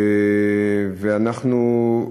ואנחנו,